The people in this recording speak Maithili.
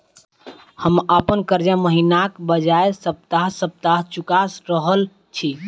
हम अप्पन कर्जा महिनाक बजाय सप्ताह सप्ताह चुका रहल छि